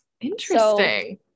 Interesting